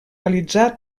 realitzar